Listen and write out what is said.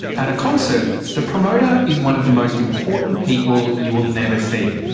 at a concert, the promoter is one of the most important people you will never see.